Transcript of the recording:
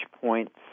points